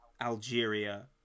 Algeria